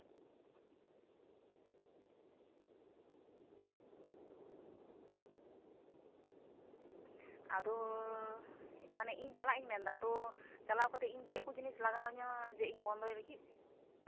ᱟᱫᱚ ᱢᱟᱱᱮ ᱤᱧ ᱪᱟᱞᱟᱜ ᱤᱧ ᱢᱮᱱᱫᱟ ᱛᱚ ᱪᱟᱞᱟᱣ ᱠᱟᱛᱮ ᱤᱧ ᱪᱮᱫ ᱠᱚ ᱡᱤᱱᱤᱥ ᱞᱟᱜᱟᱣᱟᱹᱧᱟᱹ ᱡᱮ ᱤᱧ ᱵᱚᱱᱫᱚᱭ ᱞᱟᱹᱜᱤᱫ